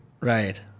Right